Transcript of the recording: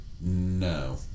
No